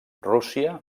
rússia